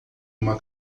uma